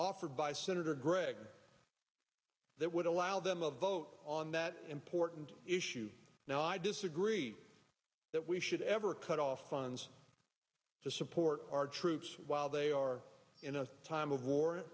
offered by senator gregg that would allow them a vote on that important issue now i disagree that we should ever cut off funds to support our troops while they are in a time of war